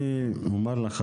אני אומר לך,